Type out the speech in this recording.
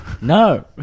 No